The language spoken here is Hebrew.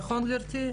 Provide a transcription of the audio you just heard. נכון, גברתי?